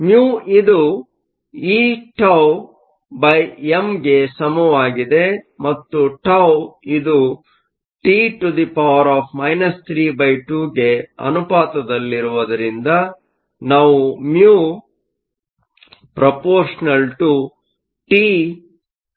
μ ಇದು eτm ಗೆ ಸಮವಾಗಿದೆ ಮತ್ತು τ ಇದು T 32 ಗೆ ಅನುಪಾತದಲ್ಲಿರುವುದರಿಂದ ನಾವು μα T 32 ಎಂದು ಹೇಳಬಹುದು